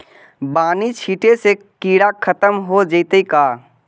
बानि छिटे से किड़ा खत्म हो जितै का?